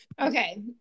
Okay